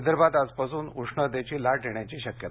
विदर्भात आजपासून उष्णतेची लाट येण्याची शक्यता